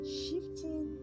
shifting